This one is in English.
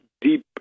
deep